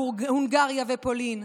הונגריה ופולין,